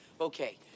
Okay